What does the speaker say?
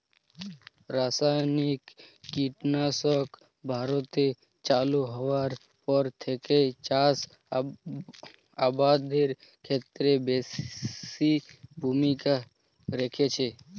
রাসায়নিক কীটনাশক ভারতে চালু হওয়ার পর থেকেই চাষ আবাদের ক্ষেত্রে বিশেষ ভূমিকা রেখেছে